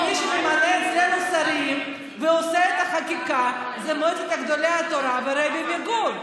מי שממנה אצלנו שרים ועושה את החקיקה זו מועצת גדולי התורה והרבי מגור.